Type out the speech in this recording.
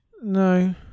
No